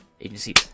agencies